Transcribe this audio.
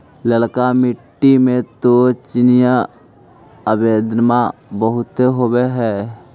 ललका मिट्टी मे तो चिनिआबेदमां बहुते होब होतय?